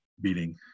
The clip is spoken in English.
beating